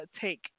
take